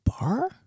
bar